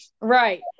Right